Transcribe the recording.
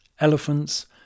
elephants